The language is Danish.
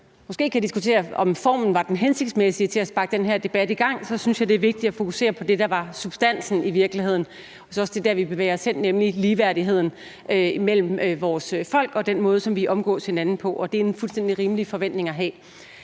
måske kan diskutere, om formen var hensigtsmæssig til at sparke den her debat i gang, så synes jeg, det er vigtigt at fokusere på det, der i virkeligheden var substansen. Jeg synes også, det er der, vi bevæger os hen, nemlig mod ligeværdigheden mellem vores folk og den måde, som vi omgås hinanden på. Og det er en fuldstændig rimelig forventning at have.